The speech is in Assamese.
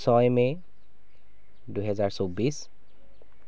ছয় মে দুহেজাৰ চৌব্বিছ